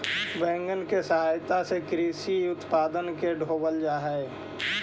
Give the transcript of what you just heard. wagon के सहायता से कृषि उत्पादन के ढोवल जा हई